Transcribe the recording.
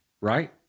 Right